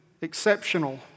exceptional